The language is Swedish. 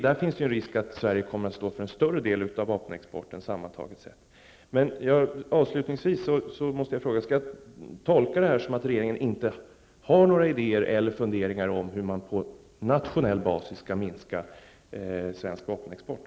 Det finns en risk för att Sverige kommer att stå för en större del av vapenexporten sammantaget.